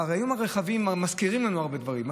הרי היום הרכבים מזכירים לנו הרבה דברים,